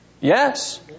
Yes